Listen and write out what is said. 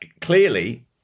clearly